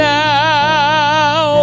now